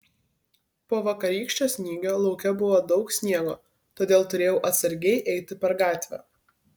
po vakarykščio snygio lauke buvo daug sniego todėl turėjau atsargiai eiti per gatvę